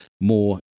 more